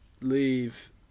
leave